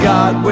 God